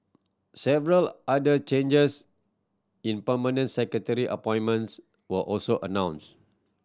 several other changes in permanent secretary appointments were also announced